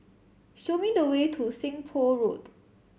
show me the way to Seng Poh Road